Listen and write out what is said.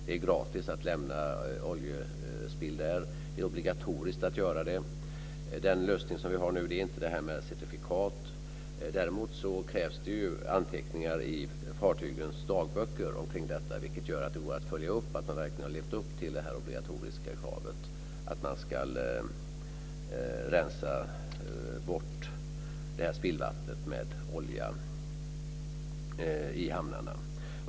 Det är gratis att lämna oljespill där. Det är obligatoriskt att göra det. Den lösning som vi nu har är inte detta med certifikat. Däremot krävs det anteckningar i fartygens dagböcker, vilket gör att det går att följa upp att man verkligen har levt upp till det obligatoriska kravet på att spillvattnet med olja ska rensas bort i hamnarna.